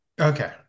Okay